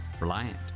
Reliant